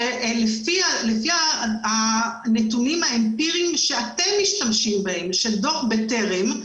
לפי הנתונים האמפיריים שאתם משתמשים בהם של דוח בטרם,